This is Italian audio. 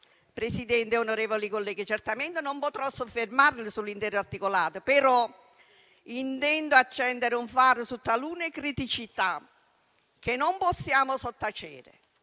Presidente, onorevoli colleghi, certamente non potrò soffermarmi sull'intero articolato, però intendo accendere un faro su talune criticità che non possiamo sottacere.